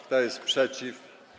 Kto jest przeciw?